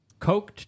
Coked